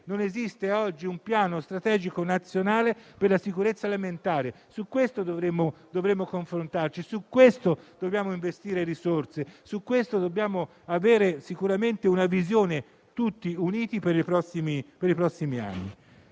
non esiste oggi un piano strategico nazionale per la sicurezza alimentare. Su questo dovremmo confrontarci e dobbiamo investire risorse e avere sicuramente una visione, tutti uniti per i prossimi anni.